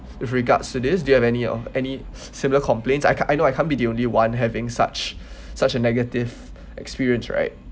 with regards to this do you have any or any similar complaints I can't I know I can't be the only [one] having such such a negative experience right